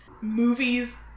movies